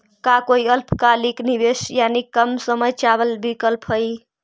का कोई अल्पकालिक निवेश यानी कम समय चावल विकल्प हई?